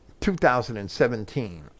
2017